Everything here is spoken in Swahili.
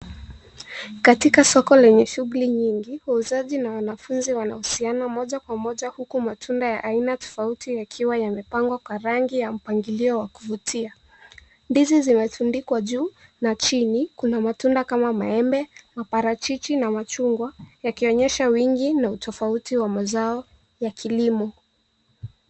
Katika soko lenye shughuli nyingi, wauzaji na wanafunzi wanahusiana moja kwa moja, huku matunda ya aina tofauti yakiwa yamepangwa kwa rangi ya mpangilio wa kuvutia. Ndizi zimetundikwa juu na chini kuna matunda kama maembe, maparachichi na machungwa, yakionyesha wingi na utofauti wa mazao ya kilimo.